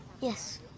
Yes